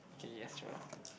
okay yes sure